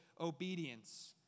obedience